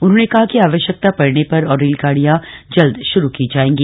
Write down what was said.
उन्होंने कहा कि आवश्यकता पड़ने पर और रेलगाडियां जल्द शुरू की जाएगी